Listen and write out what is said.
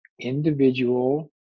individual